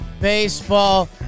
Baseball